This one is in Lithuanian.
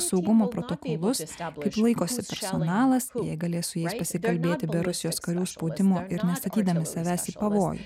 saugumo protokolus kaip laikosi personalas jie galės su jais pasikalbėti be rusijos karių spaudimo ir nestatydami savęs į pavojų